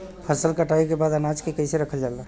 फसल कटाई के बाद अनाज के कईसे रखल जाला?